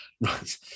Right